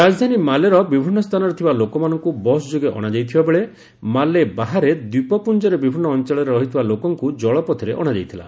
ରାଜଧାନୀ ମାଲେର ବିଭିନ୍ନ ସ୍ଥାନରେ ଥିବା ଲୋକମାନଙ୍କୁ ବସ୍ ଯୋଗେ ଅଣାଯାଇଥିବା ବେଳେ ମାଲେ ବାହାରେ ଦ୍ୱୀପପୁଞ୍ଜର ବିଭିନ୍ନ ଅଞ୍ଚଳରେ ରହିଥିବା ଲୋକଙ୍କ ଜଳପଥରେ ଅଣାଯାଇଥିଲା